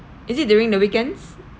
is it during the weekends